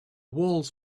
walls